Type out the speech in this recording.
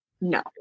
No